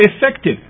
effective